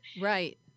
right